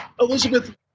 elizabeth